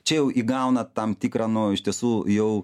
čia jau įgauna tam tikrą nu iš tiesų jau